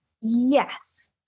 Yes